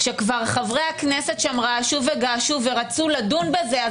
כשכבר חברי הכנסת שם רעשו וגעשו ורצו לדון בזה,